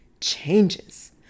changes